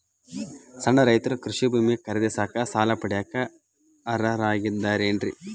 ಸಣ್ಣ ರೈತರು ಕೃಷಿ ಭೂಮಿ ಖರೇದಿಸಾಕ, ಸಾಲ ಪಡಿಯಾಕ ಅರ್ಹರಿದ್ದಾರೇನ್ರಿ?